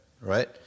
right